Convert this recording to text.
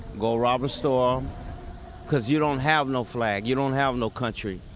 go rob a store because you don't have no flag. you don't have no country.